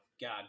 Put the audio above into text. god